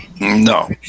No